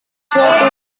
suatu